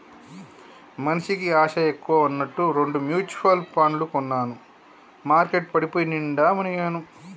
మనిషికి ఆశ ఎక్కువ అన్నట్టు రెండు మ్యుచువల్ పండ్లు కొన్నాను మార్కెట్ పడిపోయి నిండా మునిగాను